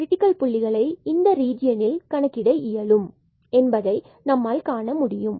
சில கிரிட்டிக்கல் புள்ளிகள் இந்த ரீஜியனில் உள்ளது என்பதை நம்மால் காண இயலும்